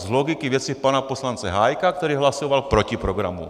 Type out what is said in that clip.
Z logiky věci pana poslance Hájka, který hlasoval proti programu.